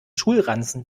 schulranzen